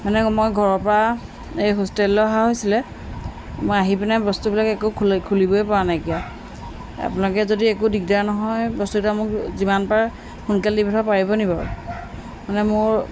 মানে মই ঘৰৰ পৰা এই হোষ্টেললৈ অহা হৈছিলে মই আহি পিনে বস্তুবিলাক একো খোল খুলিবই পৰা নাইকিয়া আপোনালোকে যদি একো দিগদাৰ নহয় বস্তু মোক যিমান পাৰ সোনকালে দিব পাৰিব নি বাৰু মানে মোৰ